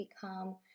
become